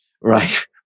right